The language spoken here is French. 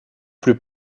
plus